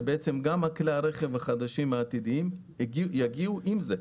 שגם כלי הרכב החדשים העתידיים יגיעו עם זה,